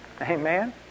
Amen